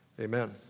Amen